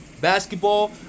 Basketball